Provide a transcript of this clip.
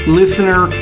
listener